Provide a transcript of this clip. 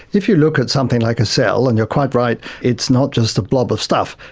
if you look at something like a cell, and you're quite right, it's not just a blob of stuff,